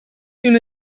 soon